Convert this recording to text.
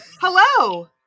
Hello